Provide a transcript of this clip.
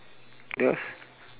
yes